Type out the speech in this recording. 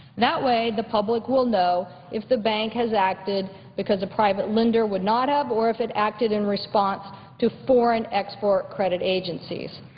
that way, the public will know if the bank has acted because a private lender would not have or if it acted in response to foreign export credit agencies.